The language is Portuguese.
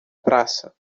praça